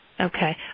Okay